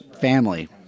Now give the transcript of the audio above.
family